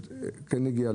כן נגיעה,